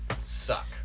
Suck